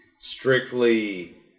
strictly